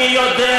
אני יודע